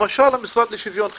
למשל המשרד לשוויון חברתי,